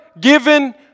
given